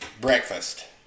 breakfast